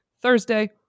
Thursday